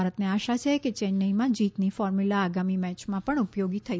ભારતને આશા છે કે ચેન્નઈમાં જીતની ફોર્મ્યુલા આગામી મેચમાં પણ ઉપયોગી થશે